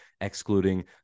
excluding